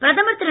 பிரதமர் திரு